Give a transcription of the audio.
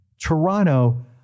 Toronto